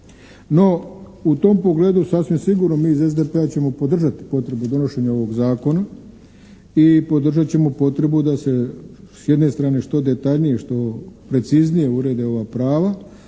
No, u tom pogledu sasvim sigurno mi iz SDP-a ćemo podržati potrebu donošenja ovog zakona i podržat ćemo potrebu da se s jedne strane što detaljnije, što preciznije urede ova prava,